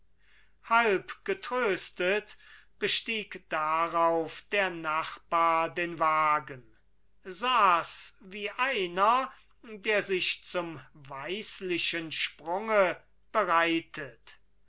halb getröstet bestieg darauf der nachbar den wagen saß wie einer der sich zum weislichen sprunge bereitet